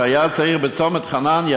שהיה צריך בצומת חנניה,